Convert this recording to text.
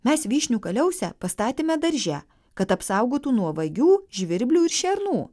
mes vyšnių kaliausę pastatėme darže kad apsaugotų nuo vagių žvirblių ir šernų